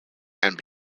and